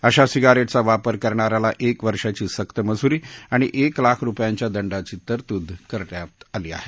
अशा सिगारेटचा वापर करणाऱ्याला एक वर्षाची सक्तमजूरी आणि एक लाख रूपयांच्या दंडाची तरतूद करण्यात आली आहे